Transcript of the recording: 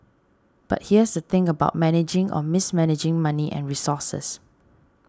but here's the thing about managing or mismanaging money and resources